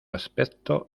aspecto